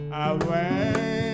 away